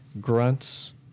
Grunts